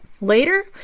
Later